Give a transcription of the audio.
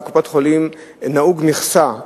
בקופות-חולים נהוגה מכסה,